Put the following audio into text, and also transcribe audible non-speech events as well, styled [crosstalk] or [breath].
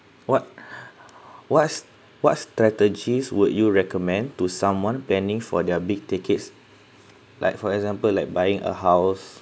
what [breath] what's what's strategies would you recommend to someone planning for their big tickets like for example like buying a house